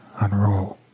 unroll